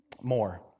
More